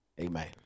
Amen